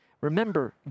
Remember